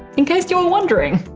in case you were wondering.